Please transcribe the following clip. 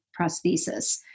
prosthesis